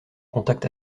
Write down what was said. contact